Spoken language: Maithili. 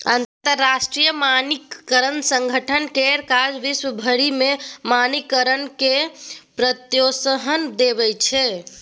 अंतरराष्ट्रीय मानकीकरण संगठन केर काज विश्व भरि मे मानकीकरणकेँ प्रोत्साहन देब छै